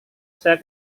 saya